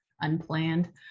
unplanned